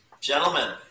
Gentlemen